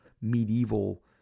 medieval